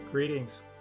Greetings